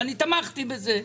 תמכתי בזה.